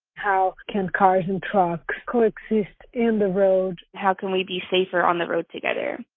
how can cars and trucks co-exist in the road? how can we be safer on the road together?